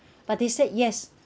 but they said yes